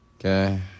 Okay